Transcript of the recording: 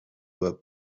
were